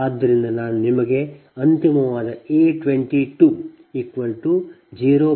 ಆದ್ದರಿಂದ ನಾನು ನಿಮಗೆ ಅಂತಿಮವಾದ A 22 0